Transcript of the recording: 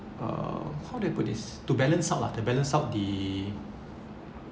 uh how do I put this to balance out lah to balance out the